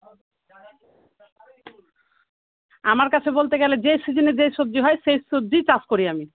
আমার কাছে বলতে গেলে যে সিজিনে যে সবজি হয় সেই সবজিই চাষ করি আমি